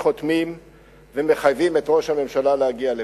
חותמים ומחייבים את ראש הממשלה להגיע לפה.